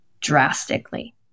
drastically